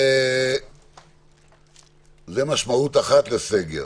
זו משמעות אחת לסגר.